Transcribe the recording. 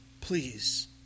please